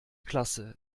klasse